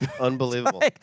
Unbelievable